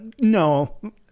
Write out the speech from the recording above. No